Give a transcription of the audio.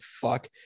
fuck